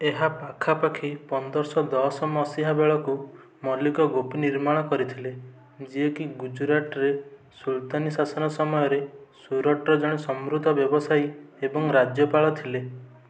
ଏହା ପାଖାପାଖି ପନ୍ଦରଶହ ଦଶ ମସିହା ବେଳକୁ ମଲିକ ଗୋପୀ ନିର୍ମାଣ କରିଥିଲେ ଯିଏକି ଗୁଜରାଟରେ ସୁଲତାନି ଶାସନ ସମୟରେ ସୁରଟର ଜଣେ ସମୃଦ୍ଧ ବ୍ୟବସାୟୀ ଏବଂ ରାଜ୍ୟପାଳ ଥିଲେ